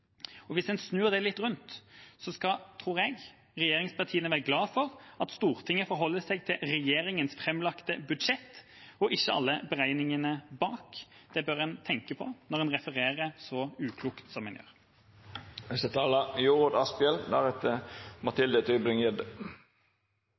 Og hvis en snur det litt rundt, tror jeg regjeringspartiene skal være veldig glad for at Stortinget forholder seg til regjeringas framlagte budsjett og ikke til alle beregningene bak. Det bør en tenke på når en refererer så uklokt som en gjør.